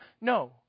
No